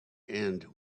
end